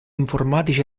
informatici